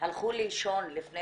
שהלכו לישון לפני